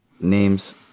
names